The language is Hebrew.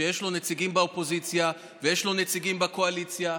שיש לו נציגים באופוזיציה ויש לו נציגים בקואליציה.